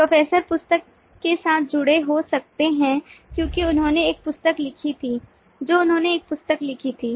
professor पुस्तक के साथ जुड़े हो सकते हैं क्योंकि उन्होंने एक पुस्तक लिखी थी जो उन्होंने एक पुस्तक लिखी थी